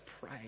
pray